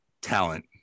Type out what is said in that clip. talent